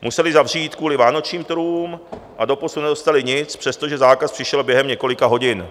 Museli zavřít kvůli vánočním trhům a doposud nedostali nic, přestože zákaz přišel během několika hodin.